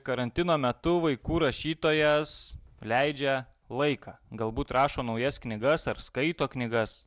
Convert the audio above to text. karantino metu vaikų rašytojas leidžia laiką galbūt rašo naujas knygas ar skaito knygas